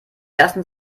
lassen